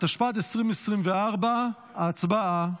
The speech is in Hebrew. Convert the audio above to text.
התשפ"ד 2024. הצבעה.